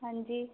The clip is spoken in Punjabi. ਹਾਂਜੀ